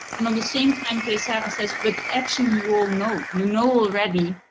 and on the same time kay sara says, but actually you all know. you know already.